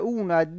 una